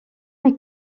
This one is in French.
est